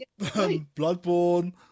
Bloodborne